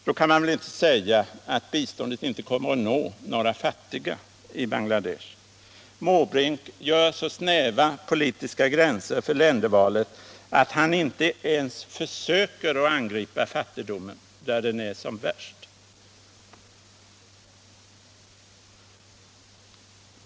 Då kan man väl inte säga att biståndet inte kommer att nå några fattiga i Bangladesh. Herr Måbrink drar så snäva politiska gränser för ländervalet att han inte ens försöker att angripa fattigdomen, där den är som värst.